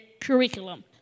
curriculum